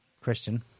Christian